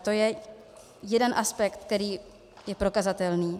To je jeden aspekt, který je prokazatelný.